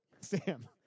Sam